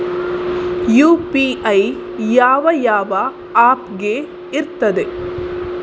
UPI ಯಾವ ಯಾವ app ಗೆ ಇರ್ತದೆ?